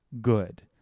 good